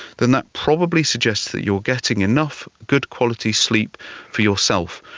then that probably suggests that you are getting enough good quality sleep for yourself.